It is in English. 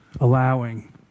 allowing